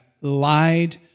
lied